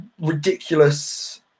ridiculous